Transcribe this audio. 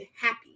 happy